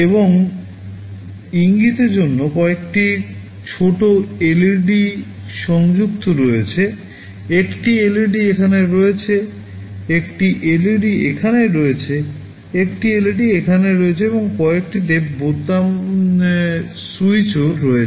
এবং ইঙ্গিতের জন্য কয়েকটি ছোট LED সংযুক্ত রয়েছে একটি এলইডি এখানে রয়েছে একটি LED এখানে রয়েছে একটি LED এখানে রয়েছে এবং কয়েকটিতে বোতাম স্যুইচও রয়েছে